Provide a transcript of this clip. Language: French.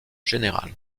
général